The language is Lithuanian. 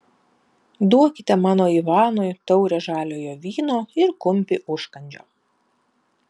duokite mano ivanui taurę žaliojo vyno ir kumpį užkandžio